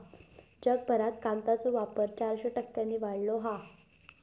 जगभरात कागदाचो वापर चारशे टक्क्यांनी वाढलो हा